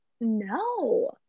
No